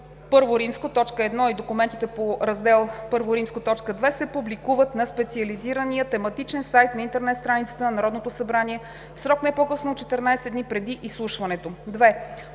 Раздел I, т. 1 и документите по Раздел I, т. 2 се публикуват на специализирания тематичен сайт на интернет страницата на Народното събрание в срок не по-късно от 14 дни преди изслушването.